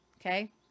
Okay